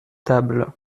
tables